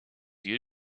you